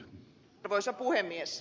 arvoisa puhemies